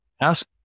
ask